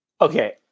Okay